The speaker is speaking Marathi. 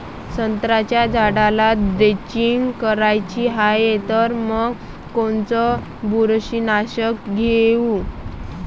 संत्र्याच्या झाडाला द्रेंचींग करायची हाये तर मग कोनच बुरशीनाशक घेऊ?